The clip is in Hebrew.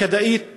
הכדאית ביותר.